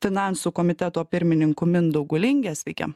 finansų komiteto pirmininku mindaugu linge sveiki